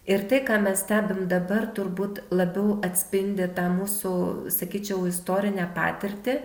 ir tai ką mes stebim dabar turbūt labiau atspindi tą mūsų sakyčiau istorinę patirtį